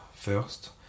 first